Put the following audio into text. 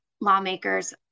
lawmakers